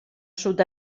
sud